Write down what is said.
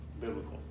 biblical